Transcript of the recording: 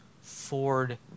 Ford